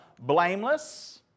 blameless